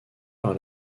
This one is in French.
par